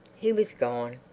he was gone.